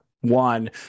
one